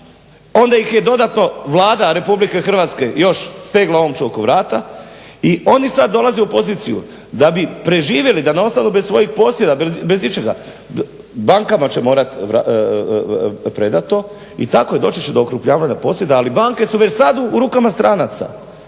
onda ih je dodatno Vlada RH još stegla omču oko vrata i oni sada dolaze u poziciju da bi preživjeli da ne ostanu bez svojih posjeda, bez ičega, bankama će morati predati to i tako će doći do okrupnjavanja posjeda. Ali banke su već sada u rukama stranaca.